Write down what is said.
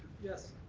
yes.